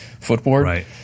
footboard